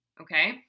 Okay